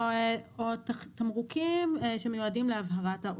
או תמרוקים שמיועדים להבהרת האור.